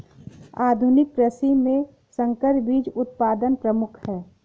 आधुनिक कृषि में संकर बीज उत्पादन प्रमुख है